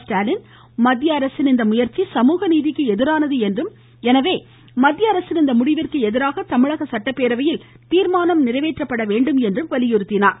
ஸ்டாலின் மத்திய அரசின் இந்த முயந்சி சமூகநீதிக்கு எதிரானது என்றும் எனவே மத்திய அரசின் இநத முடிவிந்கு எதிராக தமிழக சட்டப்பேரவையில் தீர்மானம் நிறைவேற்ற வேண்டும் என்றும் வலியுறுத்தினார்